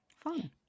Fun